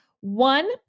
One